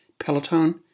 Peloton